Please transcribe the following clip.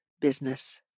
business